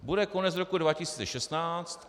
Bude konec roku 2016.